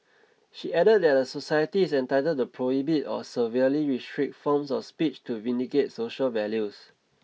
she added that a society is entitled to prohibit or severely restrict forms of speech to vindicate social values